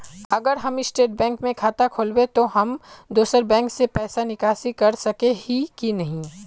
अगर हम state bank में खाता खोलबे तो हम दोसर बैंक से पैसा निकासी कर सके ही की नहीं?